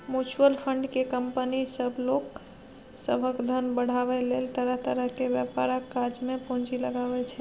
mutual fund केँ company सब लोक सभक धन बढ़ाबै लेल तरह तरह के व्यापारक काज मे पूंजी लगाबै छै